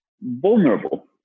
vulnerable